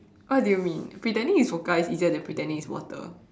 what do you mean pretending it's vodka is easier than pretending it's water